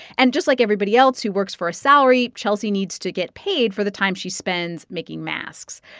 and just like everybody else who works for a salary, chelsea needs to get paid for the time she spends making masks.